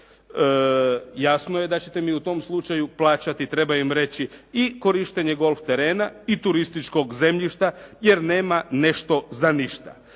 Jasno je da ćete mi u tom slučaju plaćati, treba im reći i korištenje golf terena i turističkog zemljišta, jer nema nešto za ništa.